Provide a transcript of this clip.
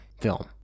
film